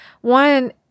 one